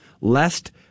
lest